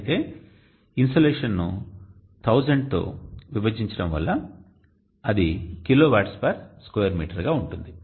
అయితే ఇన్సోలేషన్ ను 1000 తో విభజించడం వల్ల అది kilowatts per square metre గా ఉంటుంది